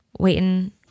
waiting